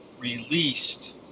released